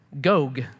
Gog